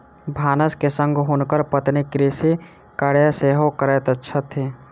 भानस के संग हुनकर पत्नी कृषि कार्य सेहो करैत छथि